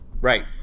Right